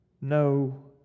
no